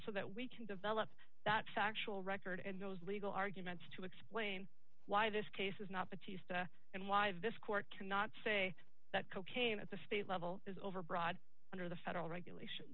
so that we can develop that factual record in those legal arguments to explain why this case is not the teesta and why this court cannot say that cocaine at the state level is overbroad under the federal regulation